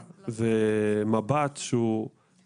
זאת